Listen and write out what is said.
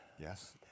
Yes